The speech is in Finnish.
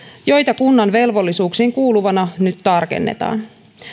joita kunnan velvollisuuksiin kuuluvina nyt tarkennetaan